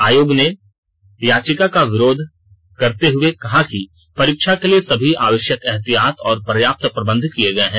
आयोग ने भी याचिका का विरोध करते हुए कहा है कि परीक्षा के लिए सभी आवश्यक एहतियात और पर्याप्त प्रबंध किए गए हैं